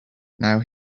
now